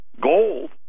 Gold